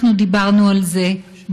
אנחנו דיברנו על זה,